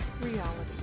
reality